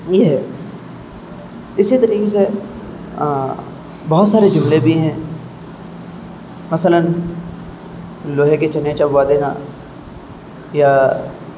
یہ ہے اسی طریقے سے بہت سارے جملے بھی ہیں مثلاً لوہے کے چنے چبوا دینا یا